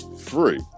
Free